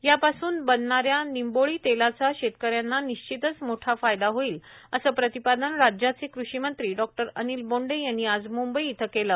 या पासून बनणाऱ्या निंबोळी तेलाचा शेतकऱ्यांना निश्चितच मोठा फायदा होईल असं प्रतिपादन कृषिमंत्री डॉ अनिल बोंडे यांनी आज मंंबई इथं केलं